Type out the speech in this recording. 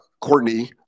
Courtney